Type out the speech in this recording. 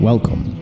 Welcome